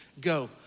Go